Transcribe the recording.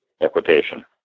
equitation